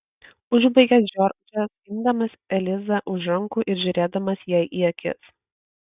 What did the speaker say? užbaigė džordžas imdamas elizą už rankų ir žiūrėdamas jai į akis